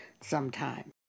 sometime